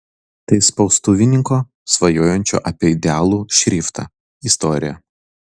tai spaustuvininko svajojančio apie idealų šriftą istorija